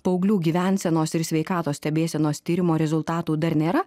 paauglių gyvensenos ir sveikatos stebėsenos tyrimo rezultatų dar nėra